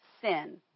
sin